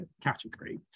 category